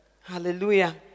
Hallelujah